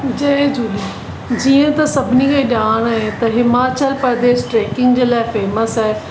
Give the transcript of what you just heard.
जय झूले जीअं त सभिनी खे ॼाण आहे त हिमाचल प्रदेश ट्रेकिंग जे लाइ फेमस आहे